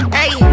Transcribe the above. Hey